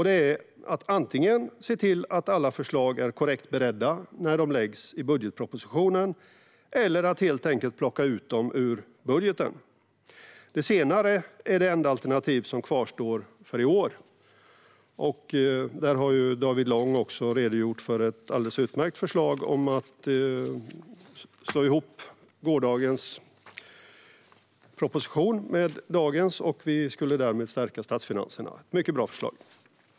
Det är att antingen se till att alla förslag är korrekt beredda när de läggs in i budgetpropositionen eller helt enkelt plocka ut dem ur budgeten. Det senare är det enda alternativ som kvarstår för i år. David Lång har också redogjort för ett alldeles utmärkt förslag om att slå ihop gårdagens proposition med denna. Vi skulle därmed stärka statsfinanserna. Det är ett mycket bra förslag.